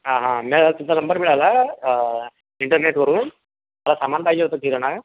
हां हां मिळाला तुमचा नंबर मिळाला हां इंटरनेटवरून मला सामान पाहिजे होतं किराणा